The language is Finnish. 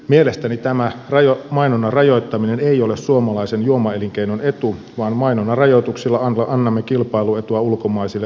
mielestäni tämä mainonnan rajoittaminen ei ole suomalaisen juomaelinkeinon etu vaan mainonnan rajoituksilla annamme kilpailuetua ulkomaisille alkoholialan toimijoille